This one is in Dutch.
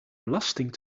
belasting